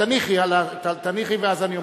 תניחי ואז אני אומר.